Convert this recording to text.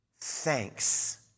thanks